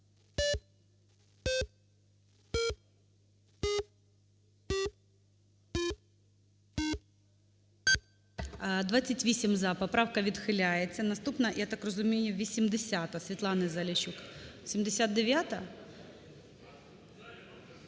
За-28 Поправка відхиляється. Наступна, я так розумію, 80-а Світлани Заліщук.